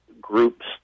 groups